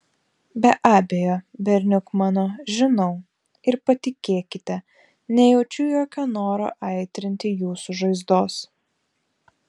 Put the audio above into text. be abejo berniuk mano žinau ir patikėkite nejaučiu jokio noro aitrinti jūsų žaizdos